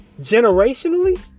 generationally